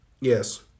Yes